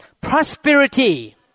prosperity